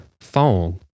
phone